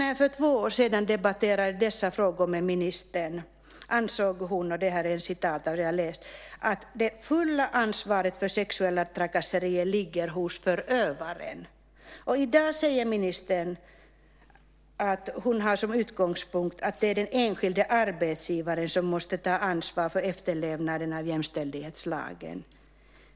När jag för två år sedan debatterade dessa frågor med ministern ansåg hon att det fulla ansvaret för sexuella trakasserier ligger hos förövaren. I dag säger ministern att hon har som utgångspunkt att det är den enskilde arbetsgivaren som måste ta ansvar för efterlevnaden av jämställdhetslagen.